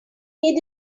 hid